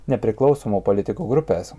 nepriklausomų politikų grupės